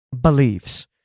believes